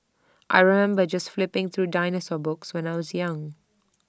I remember just flipping through dinosaur books when I was young